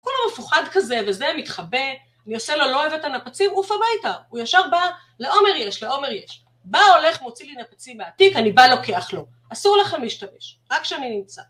כולו מפוחד כזה וזה מתחבא, אני עושה לו לא אוהב את הנפצים, עוף הביתה, הוא ישר בא, לעומר יש, לעומר יש. בא הולך, מוציא לי נפצים מהתיק, אני בא, לוקח לו. אסור לכם להשתמש, רק כשאני נמצא.